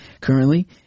currently